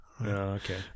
Okay